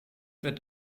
wird